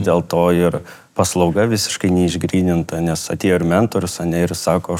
dėl to ir paslauga visiškai neišgryninta nes atėjo ir mentorius ane ir sako